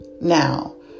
Now